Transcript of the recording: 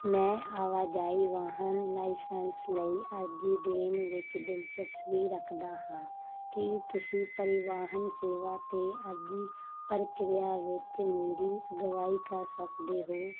ਮੈਂ ਆਵਾਜਾਈ ਵਾਹਨ ਲਾਇਸੈਂਸ ਲਈ ਅਰਜ਼ੀ ਦੇਣ ਵਿੱਚ ਦਿਲਚਸਪੀ ਰੱਖਦਾ ਹਾਂ ਕੀ ਤੁਸੀਂ ਪਰੀਵਾਹਨ ਸੇਵਾ 'ਤੇ ਅਰਜ਼ੀ ਪ੍ਰਕਿਰਿਆ ਵਿੱਚ ਮੇਰੀ ਅਗਵਾਈ ਕਰ ਸਕਦੇ ਹੋ